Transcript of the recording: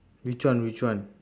which one which one